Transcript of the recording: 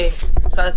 זה משרד התחבורה.